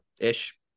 ish